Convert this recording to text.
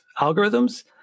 algorithms